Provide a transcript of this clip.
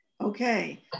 Okay